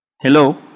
Hello